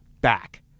back